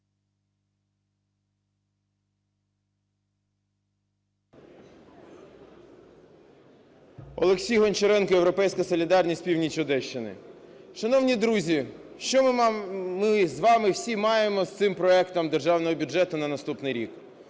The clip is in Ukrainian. Олексій Гончаренко, "Європейська солідарність", північ Одещини. Шановні друзі, що ми з вами всі маємо з цим проектом Державного бюджету на наступний рік?